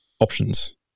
options